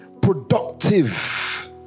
productive